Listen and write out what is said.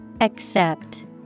Accept